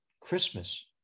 Christmas